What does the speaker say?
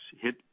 hit